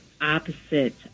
opposite